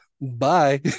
bye